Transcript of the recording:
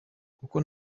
kuko